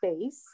space